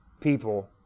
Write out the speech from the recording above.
people